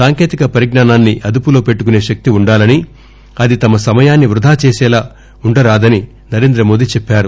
సాంకేతిక పరిజ్నానాన్ని అదుపులో పెట్టుకునే శక్తి వుండాలని అది తమ సమయాన్ని వృధా చేసలా ఉండరాని నరేంద్రమోదీ చెప్పారు